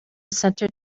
center